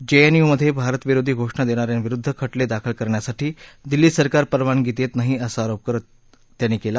जेएनयूमधे भारतविरोधी घोषणा देणा यांविरुद्ध खटले दाखल करण्यासाठी दिल्ली सरकार परवानगी देत नाही असा आरोप करत त्यांनी केला